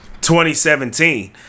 2017